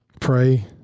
pray